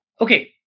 Okay